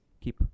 keep